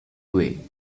way